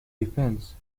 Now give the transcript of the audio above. defence